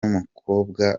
umukobwa